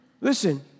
Listen